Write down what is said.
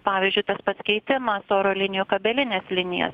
pavyzdžiui tas pats keitimas oro linijų kabeline linija